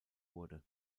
wurde